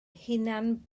hunan